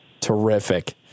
Terrific